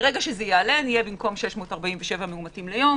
כשזה יעלה, יהיה במקום 647 מאומתים ביום